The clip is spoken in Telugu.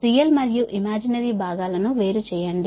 రియల్ మరియు ఇమాజినరీ భాగాలను వేరు చేయండి